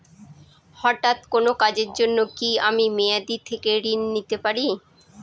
হঠাৎ কোন কাজের জন্য কি আমি মেয়াদী থেকে ঋণ নিতে পারি?